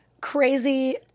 crazy